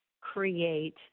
create